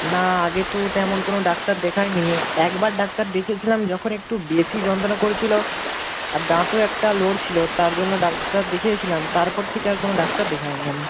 না আগে তো তেমন কোনো ডাক্তার দেখাইনি একবার ডাক্তার দেখিয়েছিলাম যখন একটু বেশি যন্ত্রণা করেছিল আর দাঁতও একটা নড়ছিল তার জন্য ডাক্তার দেখিয়েছিলাম তারপর থেকে আর কোনো ডাক্তার দেখাইনি আমি